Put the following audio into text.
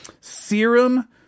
Serum